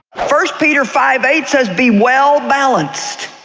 first peter five eight says be well balanced,